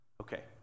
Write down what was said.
okay